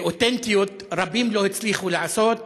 באותנטיות, רבים לא הצליחו לעשות.